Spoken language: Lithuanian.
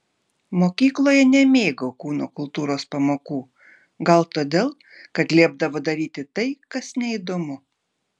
mokykloje nemėgau kūno kultūros pamokų gal todėl kad liepdavo daryti tai kas neįdomu